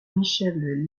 michel